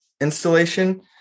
installation